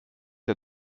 der